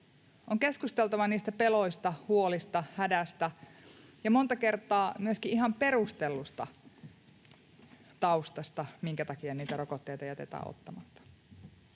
on keskusteltava niistä peloista, huolista, hädästä ja monta kertaa myöskin ihan perustellusta taustasta, minkä takia niitä rokotteita jätetään ottamatta.